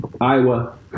Iowa